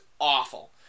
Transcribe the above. awful